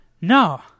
No